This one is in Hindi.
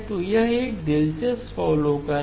तो यह एक दिलचस्प अवलोकन है